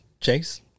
Chase